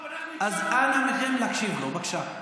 לא, אנחנו, אז אנא מכם, הקשיבו לו, בבקשה.